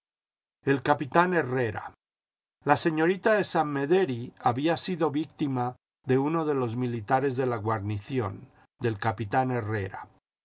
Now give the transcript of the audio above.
el capitán herrera la señorita de san mederi había sido víctima de uno de los militares de la guarnición del capitán herrera